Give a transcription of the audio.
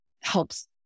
helps